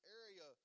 area